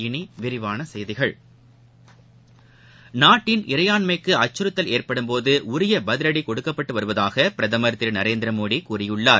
இனி விரிவான செய்திகள் நாட்டின் இறையாண்மைக்கு அச்சுறுத்தல் ஏற்படும்போது உரிய பதிவடி கொடுக்கப்பட்டு வருவதாக பிரதமர் திரு நரேந்திர மோடி கூறியுள்ளார்